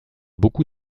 beaucoup